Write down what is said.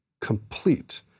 complete